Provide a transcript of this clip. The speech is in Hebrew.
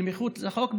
אל מחוץ לחוק,